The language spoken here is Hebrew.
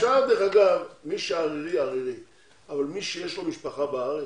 מי שערירי, ערירי, אבל מי שיש לו משפחה בארץ,